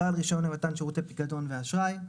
בעל רישיון למתן שירותי פיקדון ואשראי,